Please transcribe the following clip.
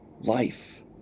life